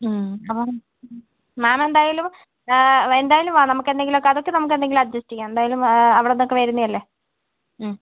അപ്പം മാം എന്തായാലും എന്തായാലും വാ നമുക്ക് എന്തെങ്കിലുമൊക്കെ അതൊക്കെ നമുക്കെന്തെങ്കിലും അഡ്ജസ്റ്റ് ചെയ്യാം എന്തായാലും അവിടുന്നൊക്കെ വരുന്നതല്ലേ